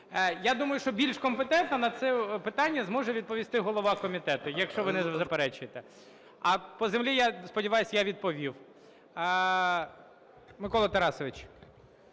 Я думаю, що більш компетентно на це питання зможе відповісти голова комітету. Якщо ви не заперечуєте. А по землі, я сподіваюсь, я відповів. Микола Тарасович.